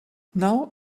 now